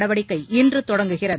நடவடிக்கை இன்று தொடங்குகிறது